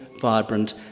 vibrant